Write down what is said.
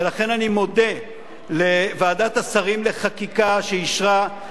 ולכן אני מודה לוועדת השרים לחקיקה שאישרה,